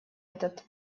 этот